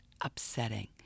upsetting